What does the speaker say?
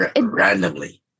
randomly